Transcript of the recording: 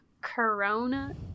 corona